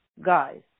guys